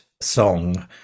song